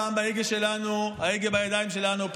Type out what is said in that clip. פעם ההגה בידיים שלנו,